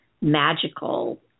magical